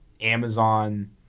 Amazon